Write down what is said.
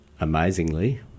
amazingly